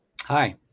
Hi